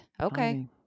okay